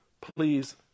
Please